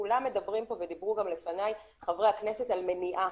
כולם מדברים ודיברו לפניי חברי הכנסת על מניעה.